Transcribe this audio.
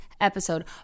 episode